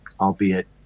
albeit